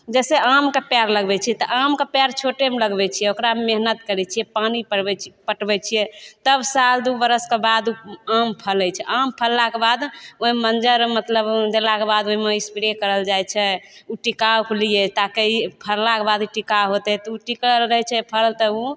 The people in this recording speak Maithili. जैसे आमके पेड़ लगबय छियै तऽ आमके पेड़ छोटेमे लगबय छियै ओकरामे मेहनत करय छियै पानि परबय पटबय छियै तब साल दू बरसके बाद आम फलय छै आम फललाके बाद ओइमे मञ्जर मतलब देलाके बाद ओइमे स्प्रे करल जाइ छै टिकाबके लिए ताकि ई फरलाके बाद ई टिकाब होतय तऽ उ टिकल रहय छै फरल तऽ उ